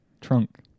trunk